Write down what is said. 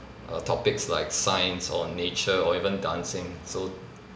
err topics like science or nature or even dancing so